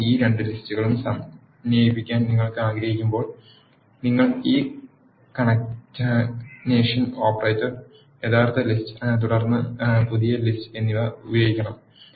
അതിനാൽ ഈ രണ്ട് ലിസ്റ്റുകളും സമന്വയിപ്പിക്കാൻ നിങ്ങൾ ആഗ്രഹിക്കുമ്പോൾ നിങ്ങൾ ഈ കൺകാറ്റനേഷൻ ഓപ്പറേറ്റർ യഥാർത്ഥ ലിസ്റ്റ് തുടർന്ന് പുതിയ ലിസ്റ്റ് എന്നിവ ഉപയോഗിക്കണം